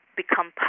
Become